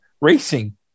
Racing